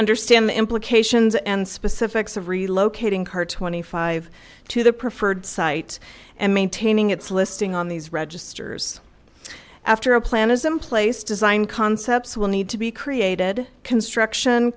understand the implications and specifics of relocating car twenty five to the preferred site and maintaining its listing on these registers after a plan is in place design concepts will need to be created construction